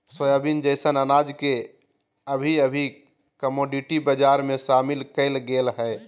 soybean जैसन अनाज के अभी अभी कमोडिटी बजार में शामिल कइल गेल हइ